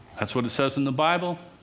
that's what it says in the bible,